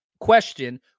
question